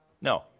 No